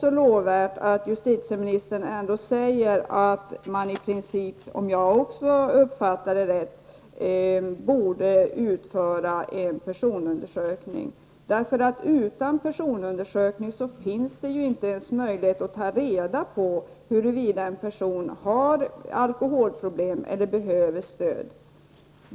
det lovvärt att justitieministern ändå säger att man i princip, om jag nu uppfattade även detta rätt, borde utföra en personundersökning. Om en personundersökning inte görs har man ju inte ens möjlighet att ta reda på huruvida en person har alkoholproblem eller behöver stöd.